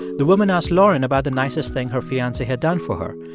the woman asked lauren about the nicest thing her fiance had done for her.